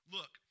Look